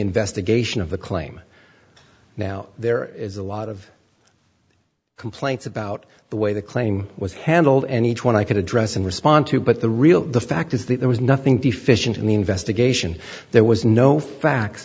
investigation of the claim now there is a lot of complaints about the way the claim was handled any one i could address and respond to but the real the fact is that there was nothing deficient in the investigation there was no facts